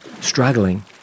Struggling